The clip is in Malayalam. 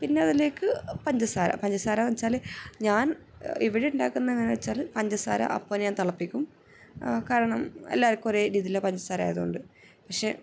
പിന്നതിലേക്ക് പഞ്ചസാര പഞ്ചസാരയെന്ന് വച്ചാൽ ഞാൻ ഇവിടെ ഉണ്ടാക്കുന്നത് എങ്ങനെയാണെന്ന് വച്ചാൽ പഞ്ചസാര അപ്പം ഞാൻ തിളപ്പിക്കും കാരണം എല്ലാവർക്കും ഒരേ രീതിയിലുള്ള പഞ്ചസാര ആയത് കൊണ്ട് പക്ഷേ